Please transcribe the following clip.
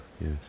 Yes